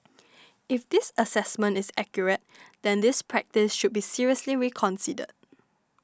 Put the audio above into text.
if this assessment is accurate then this practice should be seriously reconsidered